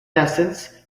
essence